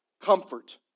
comfort